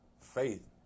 faith